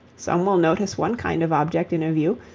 some will notice one kind of object in a view,